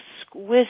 exquisite